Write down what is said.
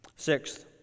Sixth